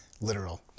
literal